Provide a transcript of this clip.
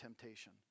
temptation